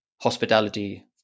hospitality